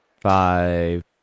Five